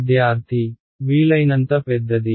విద్యార్థి వీలైనంత పెద్దది